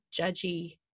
judgy